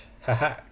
haha